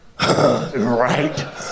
Right